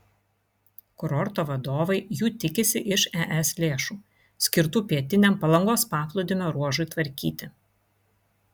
kurorto vadovai jų tikisi iš es lėšų skirtų pietiniam palangos paplūdimio ruožui tvarkyti